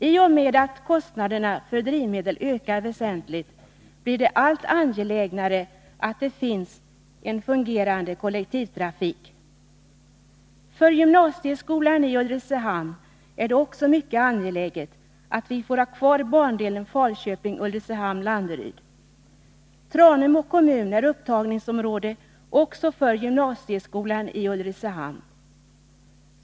I och med att kostnaderna för drivmedel har ökat väsentligt blir det allt angelägnare att det finns en fungerande kollektivtrafik. Också för gymnasieskolan i Ulricehamn är det mycket angeläget att vi får ha kvar bandelen Falköping-Ulricehamn-Landeryd. Tranemo kommun är upptagningsområde även för gymnasieskolan i Ulricehamn.